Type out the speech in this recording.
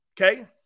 Okay